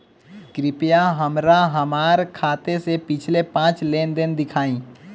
कृपया हमरा हमार खाते से पिछले पांच लेन देन दिखाइ